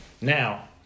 Now